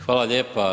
Hvala lijepa.